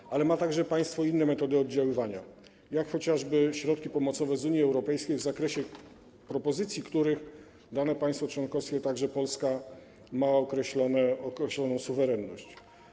Ale państwo ma także inne metody oddziaływania, jak chociażby środki pomocowe z Unii Europejskiej w zakresie propozycji, w których dane państwo członkowskie, także Polska, ma określoną suwerenność.